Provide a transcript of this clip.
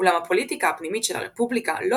אולם הפוליטיקה הפנימית של הרפובליקה לא